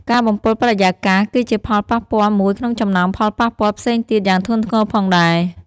ការបំពុលបរិយាកាស គឺជាផលប៉ះពាល់មួយក្នុងចំណោមផលប៉ះពាល់ផ្សេងទៀតយ៉ាងធ្ងន់ធ្ងរផងដែរ។